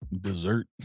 dessert